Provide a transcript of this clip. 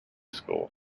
school